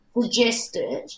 suggested